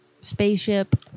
spaceship